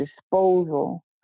disposal